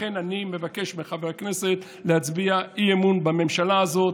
לכן אני מבקש מחברי הכנסת להצביע אי-אמון בממשלה הזאת,